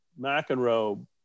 McEnroe